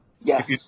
yes